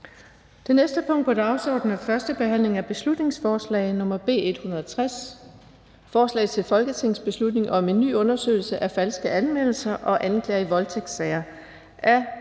Det næste punkt på dagsordenen er: 24) 1. behandling af beslutningsforslag nr. B 160: Forslag til folketingsbeslutning om en ny undersøgelse af falske anmeldelser og anklager i voldtægtssager. Af